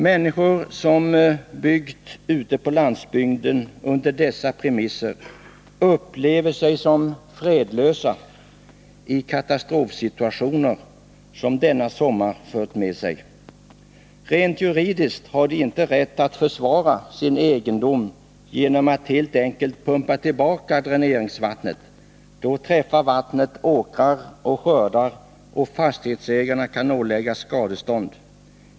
Människor som byggt ute på landsbygden under dessa premisser upplever sig som ”fredlösa” i katastrofsituationer av det slag som denna sommar förde med sig. Rent juridiskt har de inte rätt att försvara sin egendom genom att helt enkelt pumpa tillbaka dräneringsvattnet. Vattnet skadar då åkrar och skördar, och fastighetsägarna kan åläggas skadestånd.